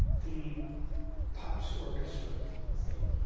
the pops orchestra thing,